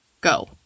Go